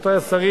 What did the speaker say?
רבותי השרים,